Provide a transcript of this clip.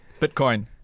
Bitcoin